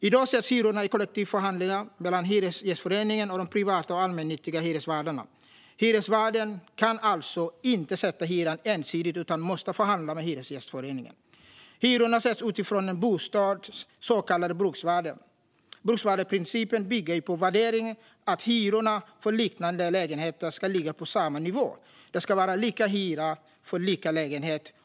I dag sätts hyrorna i kollektiva förhandlingar mellan Hyresgästföreningen och de privata och de allmännyttiga hyresvärdarna. Hyresvärden kan alltså inte sätta hyran ensidigt utan måste förhandla med Hyresgästföreningen. Hyrorna sätts utifrån en bostads så kallade bruksvärde. Bruksvärdesprincipen bygger på en värdering av att hyrorna för liknande lägenheter ska ligga på samma nivå. Det ska vara lika hyra för lika lägenhet.